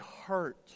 hurt